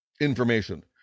information